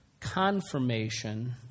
Confirmation